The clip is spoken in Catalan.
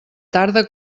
tarda